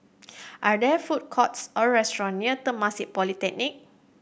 are there food courts or restaurant near Temasek Polytechnic